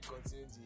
continue